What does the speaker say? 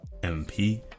MP